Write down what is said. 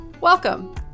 Welcome